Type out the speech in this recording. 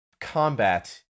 combat